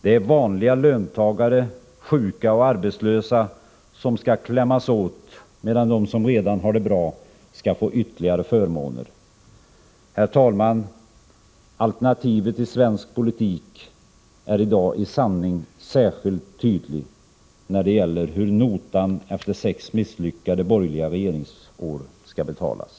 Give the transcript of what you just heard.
Det är vanliga löntagare, sjuka och arbetslösa som skall klämmas åt, medan de som redan har det bra skall få ytterligare förmåner. Herr talman! Alternativet i svensk politik är i dag i sanning särskilt tydligt när det gäller hur notan efter sex misslyckade borgerliga regeringsår skall betalas.